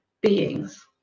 beings